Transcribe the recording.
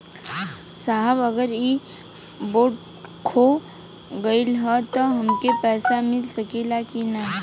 साहब अगर इ बोडखो गईलतऽ हमके पैसा मिल सकेला की ना?